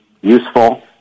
useful